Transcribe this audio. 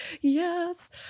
yes